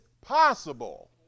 possible